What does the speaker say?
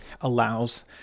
allows